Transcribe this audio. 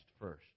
first